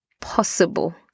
possible